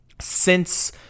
since-